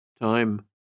Time